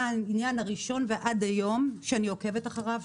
העניין הראשון ועד היום שאני עוקבת אחריו,